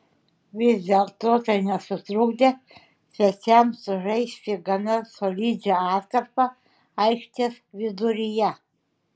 vis dėlto tai nesutrukdė svečiams sužaisti gana solidžią atkarpą aikštės viduryje